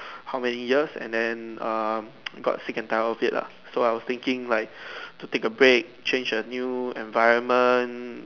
how many years and then um got sick and tired of it lah so I was thinking like to take a break change a new environment